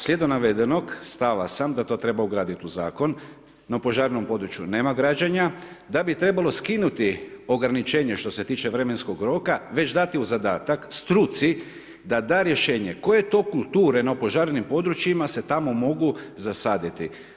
Slijedom navedenog stava sam da to treba ugraditi u zakon, na opožarenom području nema građena, da bi trebalo skinuti ograničenje što se tiče vremenskog roka već dati u zadatak struci da da rješenje koje to kulture na opožarenim područjima se tamo mogu zasaditi.